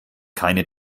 keine